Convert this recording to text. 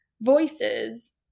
voices